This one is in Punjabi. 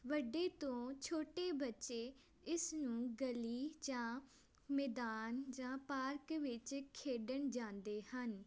ਵੱਡੇ ਤੋਂ ਛੋਟੇ ਬੱਚੇ ਇਸ ਨੂੰ ਗਲੀ ਜਾਂ ਮੈਦਾਨ ਜਾਂ ਪਾਰਕ ਵਿੱਚ ਖੇਡਣ ਜਾਂਦੇ ਹਨ